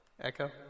Echo